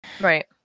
Right